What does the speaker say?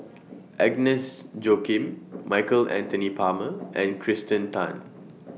Agnes Joaquim Michael Anthony Palmer and Kirsten Tan